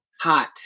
hot